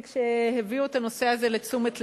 כשהביאו את הנושא הזה לתשומת לבי.